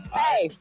hey